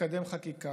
לקדם חקיקה,